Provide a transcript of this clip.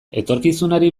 etorkizunari